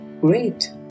great